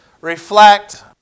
reflect